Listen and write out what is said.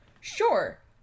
Sure